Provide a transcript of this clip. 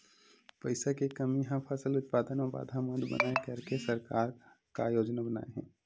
पईसा के कमी हा फसल उत्पादन मा बाधा मत बनाए करके सरकार का योजना बनाए हे?